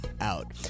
out